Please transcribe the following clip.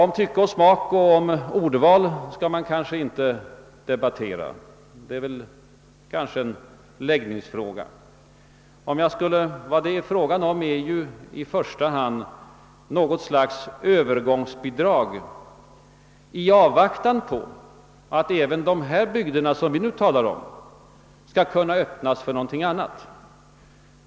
Om tycke, smak och ordval skall man kanske inte tvista; det är väl en läggningsfråga. Men vad det här gäller är ju i första hand något slags övergångsbidrag i avvaktan på att även de bygder som vi här talar om skall kunna öppnas för något annat.